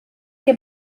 que